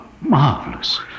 Marvelous